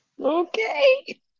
okay